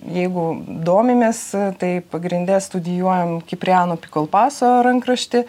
jeigu domimės tai pagrinde studijuojam kipriano pikolpaso rankraštį